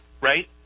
right